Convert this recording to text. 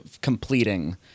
completing